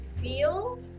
feel